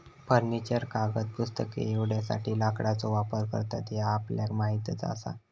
furniture, कागद, पुस्तके एवढ्यासाठी लाकडाचो वापर करतत ह्या आपल्याक माहीतच आसा